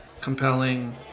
compelling